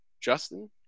Justin